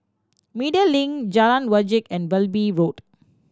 Media Link Jalan Wajek and Wilby Road